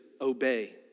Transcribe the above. obey